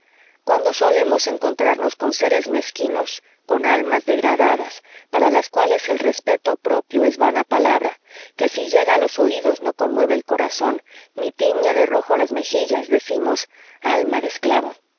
cuando solemos encontrarnos con seres mezquinos con almas degradadas para las cuales el respeto propio es vana palabra que si llega a los oídos no conmueve el corazón ni tiñe de rojo las mejillas decimos alma de esclavo